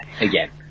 again